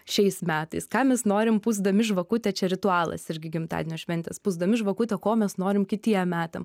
šiais metais ką mes norim pūsdami žvakutę čia ritualas irgi gimtadienio šventės pūsdami žvakutę ko mes norim kitiem metam